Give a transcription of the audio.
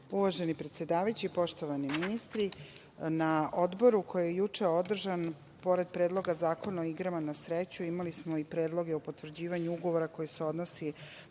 Uvaženi predsedavajući, poštovani ministri, na odboru koji je juče održan, pored Predloga zakona o igrama na sreću imali smo i Predlog o potvrđivanju ugovora koji se odnosi